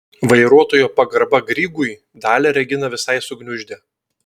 vairuotojo pagarba grygui dalią reginą visai sugniuždė